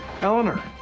Eleanor